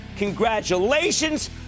Congratulations